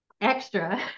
extra